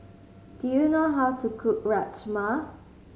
do you know how to cook Rajma